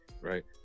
right